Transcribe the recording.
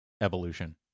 evolution